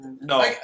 No